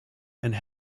and